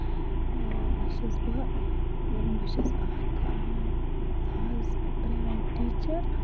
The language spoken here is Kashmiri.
اۭں یہِ چھَس بہٕ بہٕ چھَس اکھ آز پریویٹ ٹیٖچر